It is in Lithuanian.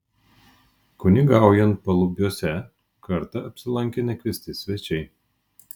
kunigaujant palubiuose kartą apsilankė nekviesti svečiai